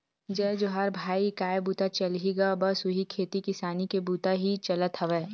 जय जोहार भाई काय बूता चलही गा बस उही खेती किसानी के बुता ही चलत हवय